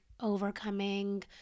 overcoming